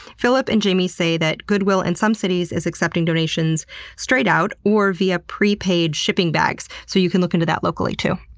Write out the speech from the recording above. filip and jamie say that goodwill in some cities is accepting donations straight out or via pre-paid shipping bags, so you can look into that locally, too.